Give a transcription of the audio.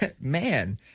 man